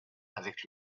avec